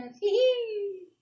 Hee-hee